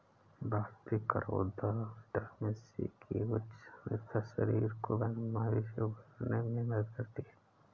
भारतीय करौदा vitamin C की उच्च सांद्रता शरीर को बीमारी से उबरने में मदद करती है